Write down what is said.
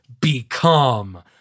become